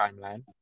timeline